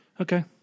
Okay